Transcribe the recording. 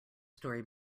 story